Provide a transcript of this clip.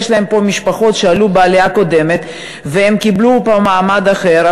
יש להם פה משפחות שעלו בעלייה הקודמת וקיבלו מעמד אחר,